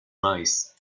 mice